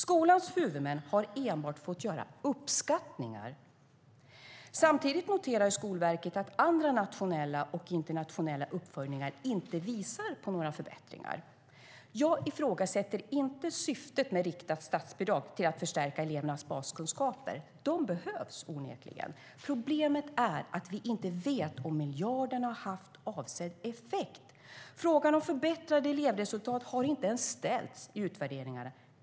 Skolans huvudmän har enbart fått göra uppskattningar. Samtidigt noterar Skolverket att andra nationella och internationella uppföljningar inte visar på några förbättringar. Jag ifrågasätter inte syftet med riktat statsbidrag till att förstärka elevernas baskunskaper. De behövs onekligen. Problemet är att vi inte vet om miljarderna haft avsedd effekt. Frågan om förbättrade elevresultat har inte ens ställts i utvärderingarna.